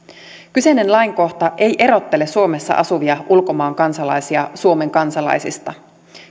kyseinen lainkohta ei erottele suomessa asuvia ulkomaan kansalaisia suomen kansalaisista